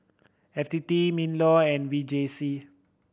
F T T MinLaw and V J C